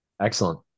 Excellent